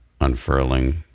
unfurling